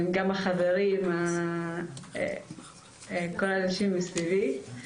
גם החברים וכל האנשים מסביבי.